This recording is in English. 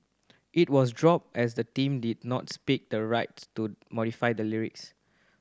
it was dropped as the team did not speak the rights to modify the lyrics